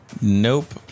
Nope